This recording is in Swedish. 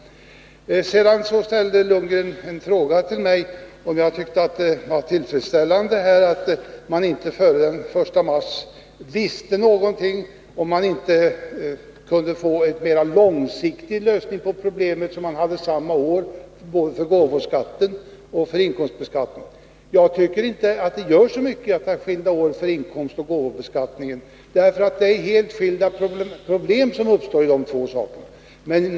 Bo Lundgren frågade mig om jag tyckte att det var tillfredsställande att man inte före den 1 mars visste någonting, om man inte borde kunna få en mer långsiktig lösning på problemet, så att man hade samma år för både gåvoskatten och inkomstskatten. Jag tycker inte att det gör så mycket att man har skilda år för inkomstoch gåvobeskattningen, därför att det är helt skilda problem som uppstår i de två avseendena.